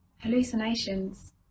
Hallucinations